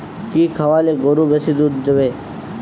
কি খাওয়ালে গরু বেশি দুধ দেবে?